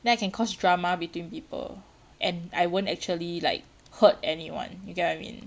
then I can cause drama between people and I won't actually like hurt anyone you get what I mean